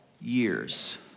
years